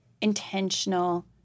intentional